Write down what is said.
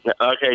Okay